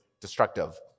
destructive